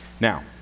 Now